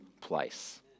place